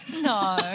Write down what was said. No